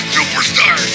Superstar